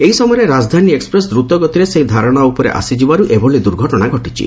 ଏହି ସମୟରେ ରାଜଧାନୀ ଏକ୍ପ୍ରେସ୍ ଦ୍ରୁତଗତିରେ ସେହି ଧାରଣା ଉପରେ ଆସିଯିବାରୁ ଏଭଳି ଦୁର୍ଘଟଣା ଘଟିଛି